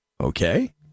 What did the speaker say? Okay